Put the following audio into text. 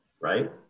right